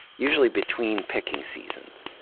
usually between picking seasons.